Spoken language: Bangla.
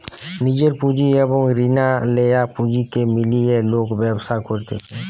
নিজের পুঁজি এবং রিনা লেয়া পুঁজিকে মিলিয়ে লোক ব্যবসা করতিছে